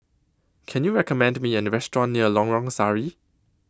Can YOU recommend Me A Restaurant near Lorong Sari